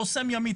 חוסם ימי,